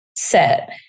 set